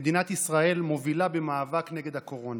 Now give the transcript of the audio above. מדינת ישראל מובילה במאבק נגד הקורונה.